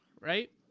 right